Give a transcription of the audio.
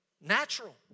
Natural